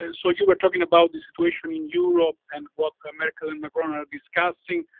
and so you were talking about the situation in europe and what merkel and macron are discussing.